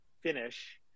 finish